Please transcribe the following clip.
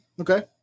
Okay